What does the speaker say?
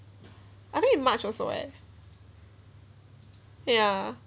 I think in march also eh ya